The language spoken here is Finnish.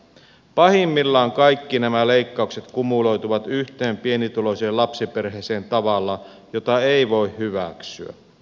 pahimmillaan kaikki nämä leikkaukset kumuloituvat yhteen pienituloiseen lapsiperheeseen tavalla jota ei voi hyväksyä